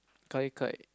Gai Gai